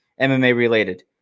MMA-related